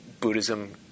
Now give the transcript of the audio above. Buddhism